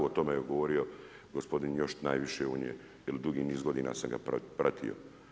O tome je govorio gospodin još najviše jer dugi niz godina sam ga pratio.